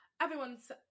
everyone's